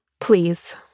Please